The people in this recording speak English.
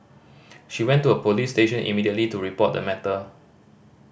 she went to a police station immediately to report the matter